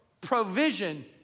provision